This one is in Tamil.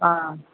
ஆ